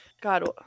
God